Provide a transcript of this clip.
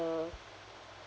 the